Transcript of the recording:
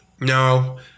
No